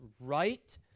right